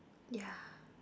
yeah